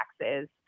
taxes